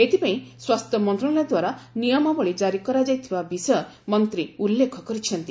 ଏଥିପାଇଁ ସ୍ୱାସ୍ଥ୍ୟ ମନ୍ତ୍ରଣାଳୟ ଦ୍ୱାରା ନିୟମାବଳୀ ଜାରି କରାଯାଇଥିବା ବିଷୟ ମନ୍ତ୍ରୀ ଉଲ୍ଲେଖ କରିଛନ୍ତି